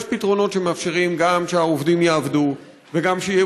יש פתרונות שמאפשרים שגם העובדים יעבדו וגם יהיו